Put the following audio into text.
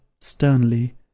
sternly